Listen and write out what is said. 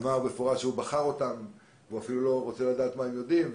אמר במפורש שהוא בחר אותם והוא אפילו לא רוצה לדעת מה הם יודעים.